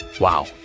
Wow